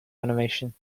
animation